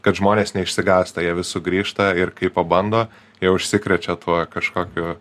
kad žmonės neišsigąsta jie vis sugrįžta ir kai pabando jie užsikrečia tuo kažkokiu